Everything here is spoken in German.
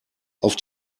auf